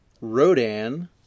Rodan